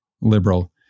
liberal